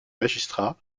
magistrat